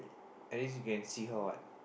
at least you can see her what